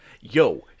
yo